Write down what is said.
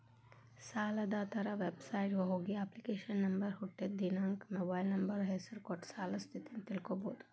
ಸಾಲದಾತರ ವೆಬಸೈಟ್ಗ ಹೋಗಿ ಅಪ್ಲಿಕೇಶನ್ ನಂಬರ್ ಹುಟ್ಟಿದ್ ದಿನಾಂಕ ಮೊಬೈಲ್ ನಂಬರ್ ಹೆಸರ ಕೊಟ್ಟ ಸಾಲದ್ ಸ್ಥಿತಿನ ತಿಳ್ಕೋಬೋದು